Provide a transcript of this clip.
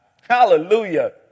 Hallelujah